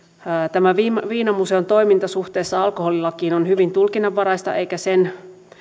tämän viinamuseon toiminta suhteessa alkoholilakiin on hyvin tulkinnanvaraista eikä sen